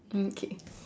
mm okay